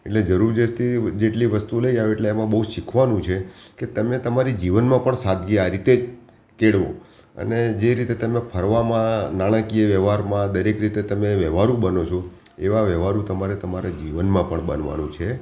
એટલે જરૂર જેથી જેટલી વસ્તુ લઇ જાવ એટલે એમાં બહુ શીખવાનું છે કે તમે તમારી જીવનમાં પણ સાદગી આ રીતે જ કેળવો અને જે રીતે તમે ફરવામાં નાણાકીય વ્યવહારમાં દરેક રીતે તમે વ્યવહારુ બનો છો એવા વ્યવહારુ તમારે તમારા જીવનમાં પણ બનવાનું છે